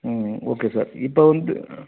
ம் ம் okay sir இப்போ வந்து